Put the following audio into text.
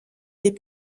des